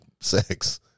sex